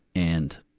and,